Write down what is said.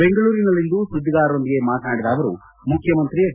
ಬೆಂಗಳೂರಿನಲ್ಲಿಂದು ಸುದ್ದಿಗಾರರೊಂದಿಗೆ ಮಾತನಾಡಿದ ಅವರು ಮುಖ್ಯಮಂತ್ರಿ ಎಚ್